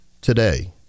today